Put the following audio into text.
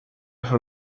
son